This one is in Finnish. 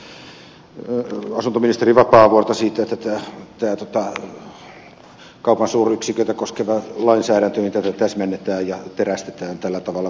laxell haluan kiitellä tässä asuntoministeri vapaavuorta siitä että tätä kaupan suuryksiköitä koskevaa lainsäädäntöä täsmennetään ja terästetään tällä tavalla kuin tässä esitetään